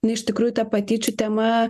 nu iš tikrųjų ta patyčių tema